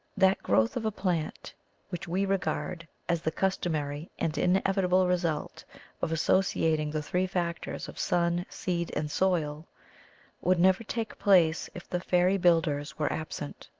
that growth of a plant which we regard as the customary and inevitable result of associating the three factors of sun, seed, and soil would never take place if the fairy builders were absent.